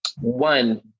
one